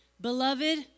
Beloved